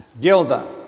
Gilda